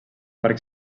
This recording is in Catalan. parc